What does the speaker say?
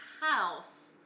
house